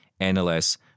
NLS